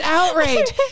outrage